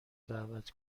دعوت